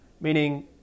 Meaning